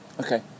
Okay